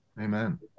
Amen